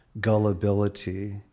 gullibility